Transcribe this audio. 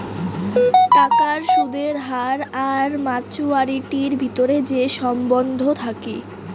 টাকার সুদের হার আর মাচুয়ারিটির ভিতরে যে সম্বন্ধ থাকি